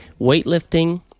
weightlifting